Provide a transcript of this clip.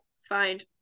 find